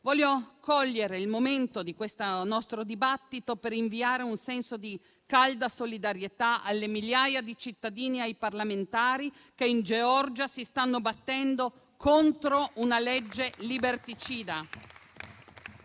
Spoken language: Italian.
Voglio cogliere il momento di questo nostro dibattito per inviare un senso di calda solidarietà alle migliaia di cittadini e ai parlamentari che in Georgia si stanno battendo contro una legge liberticida.